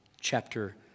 chapter